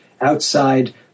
Outside